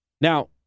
Now